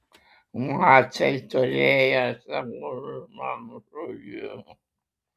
naciai turėjo savų žmogžudžių